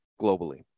globally